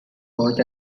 coach